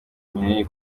nkeneye